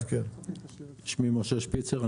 שמי משה שפיצר,